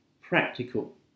practical